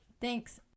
Thanks